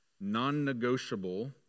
non-negotiable